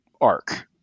arc